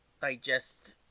digest